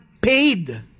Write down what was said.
paid